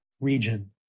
region